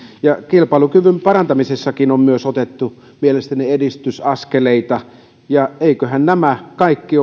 kilpailukyvyn parantamisessakin on otettu mielestäni edistysaskeleita eivätköhän nämä kaikki